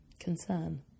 concern